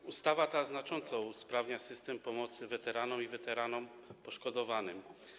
Ta ustawa znacząco usprawnia system pomocy weteranom i weteranom poszkodowanym.